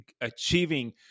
achieving